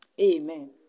Amen